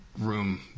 Room